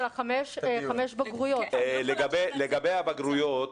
לגבי הבגרויות,